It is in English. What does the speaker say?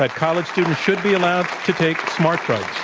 but college students should be allowed to take smart drugs.